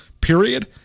period